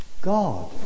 God